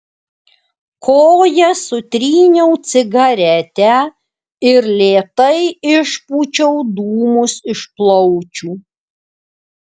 koja sutryniau cigaretę ir lėtai išpūčiau dūmus iš plaučių